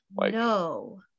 No